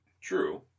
True